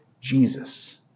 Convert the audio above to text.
Jesus